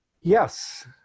Yes